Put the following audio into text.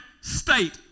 state